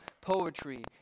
Poetry